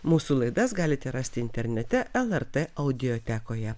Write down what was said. mūsų laidas galite rasti internete lrt audiotekoje